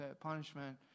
punishment